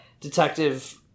detective